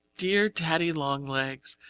dear daddy-long-legs,